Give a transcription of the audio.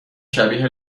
شبیه